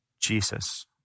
Jesus